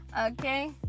Okay